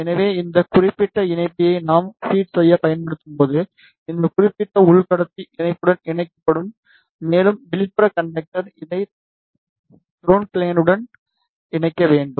எனவே இந்த குறிப்பிட்ட இணைப்பியை நாம் ஃபீட் செய்ய பயன்படுத்தும்போது இந்த குறிப்பிட்ட உள் கடத்தி இணைப்புடன் இணைக்கப்படும் மேலும் வெளிப்புறக் கண்டக்கடர் இதை கரவுணட் ஃப்ளேனுடன் இணைக்க வேண்டும்